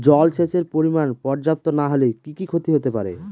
জলসেচের পরিমাণ পর্যাপ্ত না হলে কি কি ক্ষতি হতে পারে?